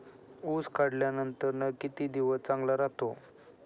ऊस काढल्यानंतर किती दिवस चांगला राहतो?